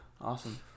awesome